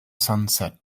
sunset